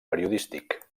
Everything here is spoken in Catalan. periodístic